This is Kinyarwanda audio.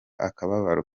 akababaro